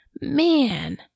man